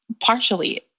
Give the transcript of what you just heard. partially